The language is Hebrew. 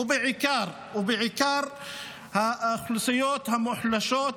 ובעיקר בעיקר האוכלוסיות המוחלשות,